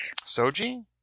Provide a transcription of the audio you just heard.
Soji